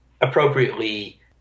appropriately